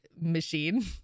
Machine